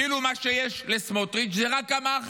כאילו מה שיש לסמוטריץ' זה רק המאחז.